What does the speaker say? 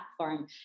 platform